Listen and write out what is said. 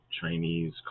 chinese